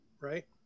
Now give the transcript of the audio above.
right